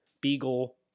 Beagle